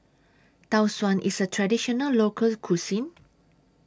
Tau Suan IS A Traditional Local Cuisine